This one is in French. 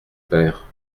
père